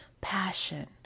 passion